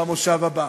במושב הבא.